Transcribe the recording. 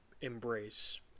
embrace